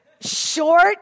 short